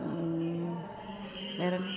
வேறு